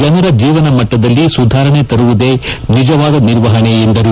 ಜನರ ಜೀವನ ಮಟ್ಟದಲ್ಲಿ ಸುಧಾರಣೆ ತರುವುದೇ ನಿಜವಾದ ನಿರ್ವಹಣೆ ಎಂದರು